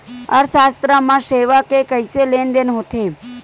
अर्थशास्त्र मा सेवा के कइसे लेनदेन होथे?